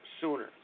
sooner